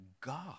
God